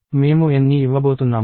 మేము N ని ఇవ్వబోతున్నాము